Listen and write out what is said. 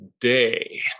day